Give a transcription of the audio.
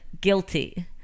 guilty